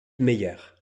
meyer